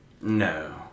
No